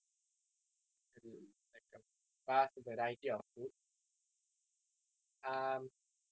like like a vast variety of foods um